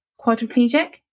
quadriplegic